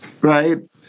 Right